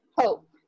Hope